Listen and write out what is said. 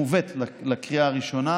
ומובאת לקריאה הראשונה